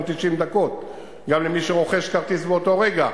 במשך 90 דקות גם למי שרוכש כרטיס באותו רגע.